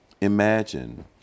imagine